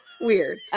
weird